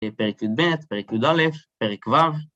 פרק יב, פרק יא, פרק ו.